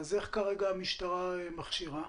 איך כרגע המשטרה מכשירה?